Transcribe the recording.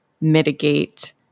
mitigate